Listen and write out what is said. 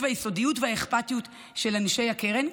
והיסודיות והאכפתיות של אנשי הקרן.